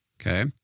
Okay